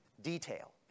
detail